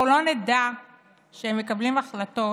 אנחנו לא נדע שהם מקבלים החלטות